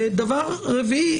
וסוגיה רביעית,